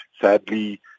Sadly